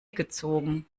gezogen